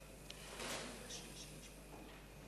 אינוס על-ידי אשה),